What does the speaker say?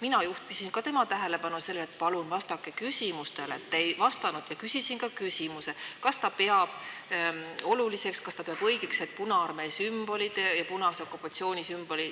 Mina juhtisin ka tema tähelepanu sellele, et palun vastaku küsimustele. Ta ei vastanud. Ma küsisin ka küsimuse, kas ta peab oluliseks ja õigeks, et Punaarmee sümbolid, punase okupatsiooni